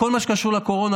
בכל מה שקשור לקורונה,